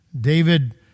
David